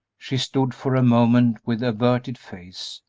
she stood for a moment with averted face,